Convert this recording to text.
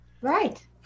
Right